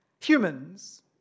Humans